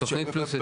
תוכנית פלוס היתר.